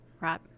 Right